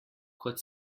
kot